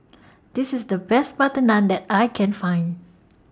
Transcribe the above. This IS The Best Butter Naan that I Can Find